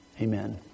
Amen